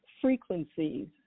frequencies